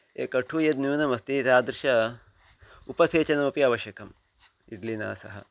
ये कठु यद् न्यूनमस्ति तादृश उपसेचनमपि आवश्यकम् इड्लिना सह